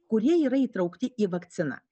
kurie yra įtraukti į vakciną